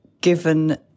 given